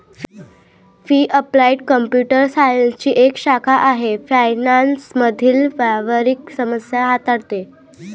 ही applied computer सायन्सची एक शाखा आहे फायनान्स मधील व्यावहारिक समस्या हाताळते